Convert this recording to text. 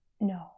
No